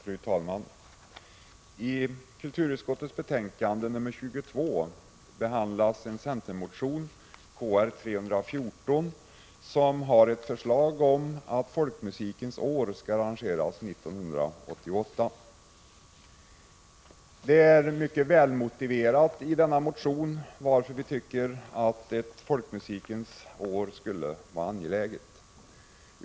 Fru talman! I kulturutskottets betänkande nr 22 behandlas en centermotion, Kr314, med förslag om att ett Folkmusikens år skall arrangeras 1988. Motionskravet är mycket välmotiverat, varför vi tycker att ett Folkmusikens år borde ha kunnat betraktas som angeläget.